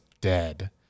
dead